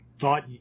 thought